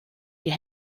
die